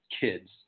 kids